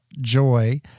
joy